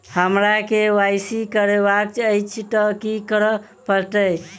हमरा केँ Y C करेवाक अछि तऽ की करऽ पड़तै?